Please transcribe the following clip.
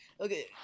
okay